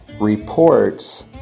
reports